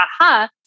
aha